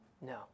No